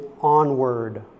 onward